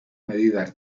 medidas